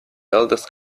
eldest